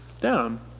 down